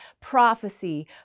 prophecy